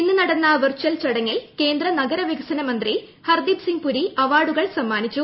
ഇന്ന് നടന്ന വിർച്യുൽ ചടങ്ങിൽ കേന്ദ്ര നഗരവികസന മന്ത്രി ്ഹർദ്ദീപ് സിംഗ് പുരി അവാർഡുകൾ സമ്മാനിച്ചു